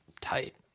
tight